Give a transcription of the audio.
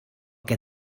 que